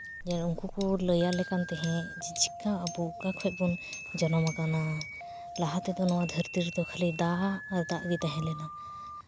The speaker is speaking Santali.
ᱡᱮ ᱩᱱᱠᱩ ᱠᱚ ᱞᱟᱹᱭᱟᱞᱮ ᱠᱟᱱ ᱛᱟᱦᱮᱸᱜ ᱡᱮ ᱪᱤᱠᱟᱹ ᱟᱵᱚ ᱚᱠᱟ ᱠᱷᱚᱡ ᱵᱚᱱ ᱡᱚᱱᱚᱢ ᱟᱠᱟᱱᱟ ᱞᱟᱦᱟ ᱛᱮᱫᱚ ᱱᱚᱣᱟ ᱫᱷᱟᱹᱨᱛᱤ ᱨᱮᱫᱚ ᱠᱷᱟᱹᱞᱤ ᱫᱟᱜ ᱟᱨ ᱫᱟᱜ ᱛᱟᱦᱮᱸ ᱞᱮᱱᱟ